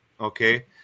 Okay